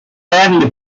area